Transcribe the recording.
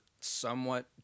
somewhat